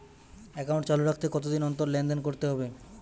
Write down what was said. Account চালু রাখতে কতদিন অন্তর লেনদেন করতে হবে?